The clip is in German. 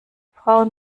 frauen